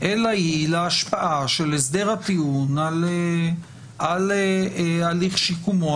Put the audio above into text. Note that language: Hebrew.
אלא היא להשפעה של הסדר הטיעון על הליך שיקומו,